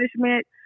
punishment